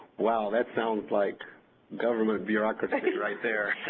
wow, that sounds like government bureaucracy right there.